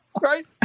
right